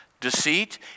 Deceit